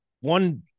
one